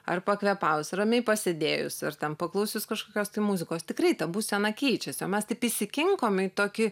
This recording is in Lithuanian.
ar pakvėpavus ramiai pasėdėjus ar ten paklausius kažkokios tai muzikos tikrai ta būsena keičiasi o mes taip įsikinkom į tokį